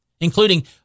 including